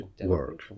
work